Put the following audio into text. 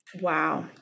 Wow